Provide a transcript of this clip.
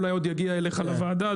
אולי יגיע אליך לוועדה,